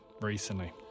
recently